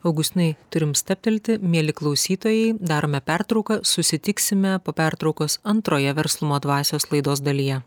augustinai turim stabtelti mieli klausytojai darome pertrauką susitiksime pertraukos antroje verslumo dvasios laidos dalyje